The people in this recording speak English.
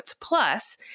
Plus